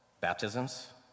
baptisms